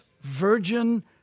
virgin